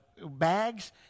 bags